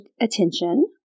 attention